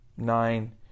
Nine